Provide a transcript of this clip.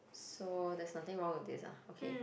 so there's nothing wrong with this ah okay